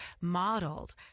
modeled